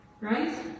Right